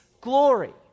glory